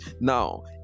Now